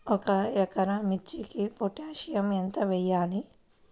ఒక ఎకరా మిర్చీకి పొటాషియం ఎంత వెయ్యాలి?